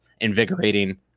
invigorating